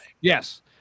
Yes